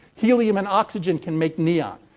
helium and oxygen can make neon.